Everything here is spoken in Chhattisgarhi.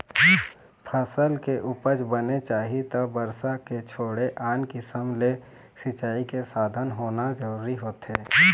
फसल के उपज बने चाही त बरसा के छोड़े आन किसम ले सिंचई के साधन होना जरूरी होथे